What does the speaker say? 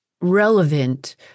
relevant